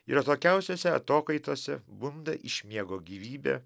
ir atokiausiose atokaitose bunda iš miego gyvybė